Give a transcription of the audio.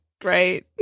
great